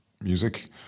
music